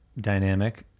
dynamic